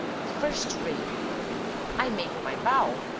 first-rate! i make you my bow!